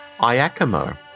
Iacomo